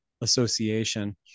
association